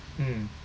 mm